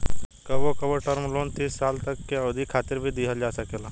कबो कबो term loan तीस साल तक के अवधि खातिर भी दीहल जा सकेला